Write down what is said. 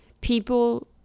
people